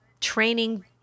training